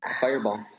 Fireball